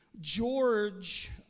George